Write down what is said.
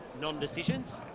non-decisions